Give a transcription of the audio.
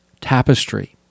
tapestry